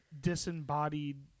disembodied